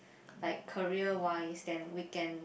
like career wise then weekend